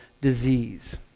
disease